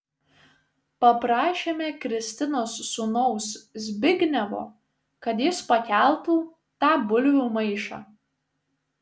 paprašėme kristinos sūnaus zbignevo kad jis pakeltų tą bulvių maišą